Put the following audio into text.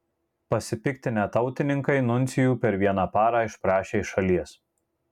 pasipiktinę tautininkai nuncijų per vieną parą išprašė iš šalies